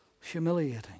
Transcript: humiliating